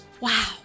Wow